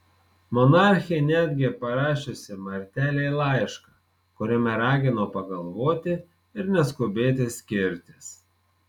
monarchė netgi parašiusi martelei laišką kuriame ragino pagalvoti ir neskubėti skirtis